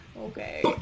Okay